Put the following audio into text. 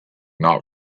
not